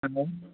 hello